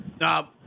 Now